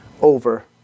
over